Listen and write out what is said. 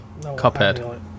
Cuphead